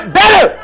better